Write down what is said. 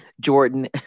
Jordan